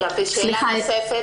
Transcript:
שאלה נוספת.